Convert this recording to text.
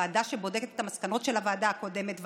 ועדה שבודקת את המסקנות של הוועדה הקודמת,